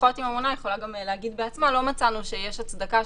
משיחות עם הממונה היא יכולה גם להגיד בעצמה שלא מצאנו שיש הצדקה,